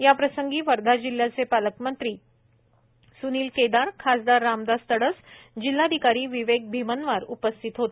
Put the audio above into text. याप्रसंगी वर्धा जिल्हयाचे पालकमंत्री स्नील केदार खासदार रामदास तडस जिल्हाधिकारी विवेक भीमनवार उपस्थित होते